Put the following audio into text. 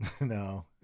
No